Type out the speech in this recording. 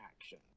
action